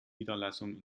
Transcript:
niederlassungen